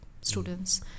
students